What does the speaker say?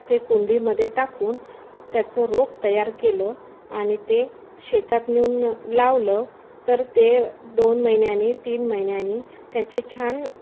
ते कुंडीमध्ये टाकून त्याचं रोप तयार केलं आणि ते शेतात नेऊन लावलं तर ते दोन महिन्याने तीन महिन्याने त्याचे छान